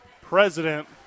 president